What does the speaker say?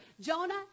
Jonah